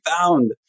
found